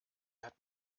hat